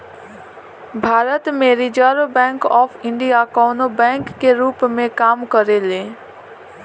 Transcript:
भारत में reserve bank of India कवनो bank के रूप में काम करेले